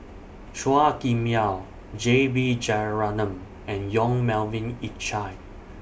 Chua Kim Yeow J B Jeyaretnam and Yong Melvin Yik Chye